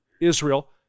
Israel